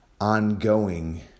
ongoing